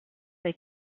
they